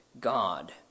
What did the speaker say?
God